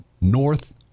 North